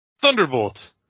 Thunderbolt